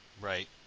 Right